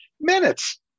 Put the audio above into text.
minutes